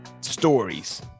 stories